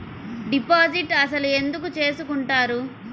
Deposit అసలు ఎందుకు చేసుకుంటారు?